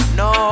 no